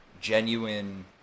genuine